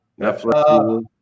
Netflix